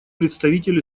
представитель